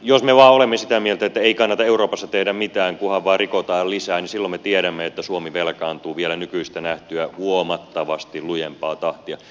jos me vain olemme sitä mieltä että ei kannata euroopassa tehdä mitään kunhan vain rikotaan lisää niin silloin me tiedämme että suomi velkaantuu vielä nykyistä nähtyä huomattavasti lujempaa tahtia